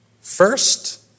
first